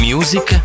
Music